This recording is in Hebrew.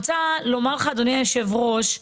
אדוני היושב-ראש,